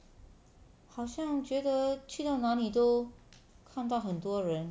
好像觉得去到哪里都看到很多人